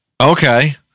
Okay